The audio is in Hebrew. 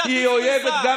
הם אויבים לא רק שלנו,